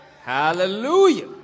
Hallelujah